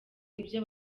ibyo